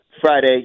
Friday